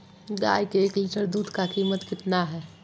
गाय के एक लीटर दूध का कीमत कितना है?